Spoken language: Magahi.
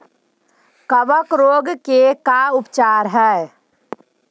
कबक रोग के का उपचार है?